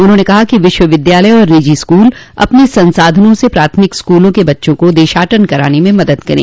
उन्होंने कहा कि विश्वविद्यालय और निजी स्कूल अपने संसाधनों से प्राथमिक स्कूलों के बच्चों को देशाटन कराने में मदद करे